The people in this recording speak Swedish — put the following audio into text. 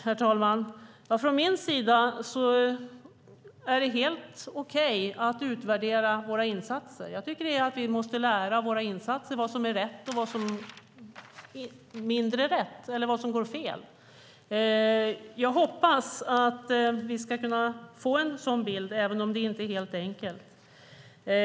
Herr talman! Från min sida är det helt okej att utvärdera våra insatser. Jag tycker att vi måste lära av våra insatser vad som är rätt och vad som går fel. Jag hoppas att vi ska kunna få en sådan bild, även om det inte är helt enkelt.